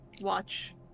Watch